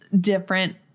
different